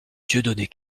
dieudonné